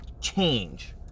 change